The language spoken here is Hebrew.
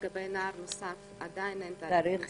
לגבי נער נוסף, עדיין אין תאריך כניסה.